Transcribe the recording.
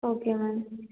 okay ma'am